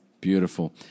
beautiful